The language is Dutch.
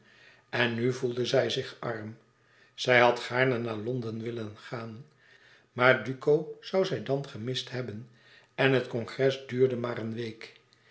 en nu voelde zij zich arm zij had gaarne naar londen willen gaan maar duco zoû zij dan gemist hebben en het congres duurde maar een week